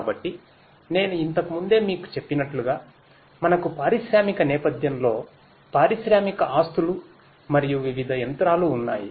కాబట్టి నేను ఇంతకు ముందే మీకు చెప్పినట్లుగా మనకు పారిశ్రామిక నేపధ్యంలో పారిశ్రామిక ఆస్తులు మరియు వివిధ యంత్రాలు ఉన్నాయి